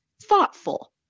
thoughtful